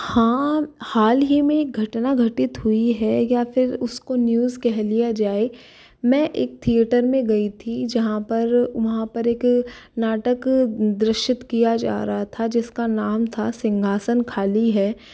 हाँ हाल ही में घटना घटित हुई है या फिर उसको न्यूज़ कह लिया जाए मैं एक थिएटर में गई थी जहाँ पर वहाँ पर एक नाटक दृश्यत किया जा रहा था जिसका नाम था सिंहासन खाली है